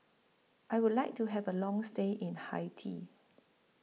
I Would like to Have A Long stay in Haiti